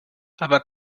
aber